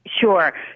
Sure